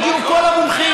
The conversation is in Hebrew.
הגיעו כל המומחים,